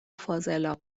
فاضلاب